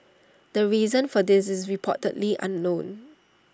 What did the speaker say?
the reason for this is reportedly unknown